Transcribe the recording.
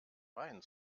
reihen